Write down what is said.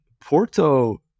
Porto